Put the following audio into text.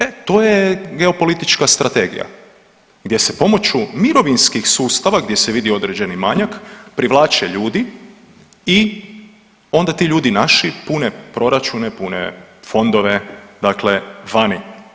E to je geopolitička strategija gdje se pomoću mirovinskih sustava gdje se vidi određeni manjak privlače ljudi i onda ti ljudi naši pune proračune, pune fondove, dakle vani.